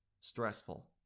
stressful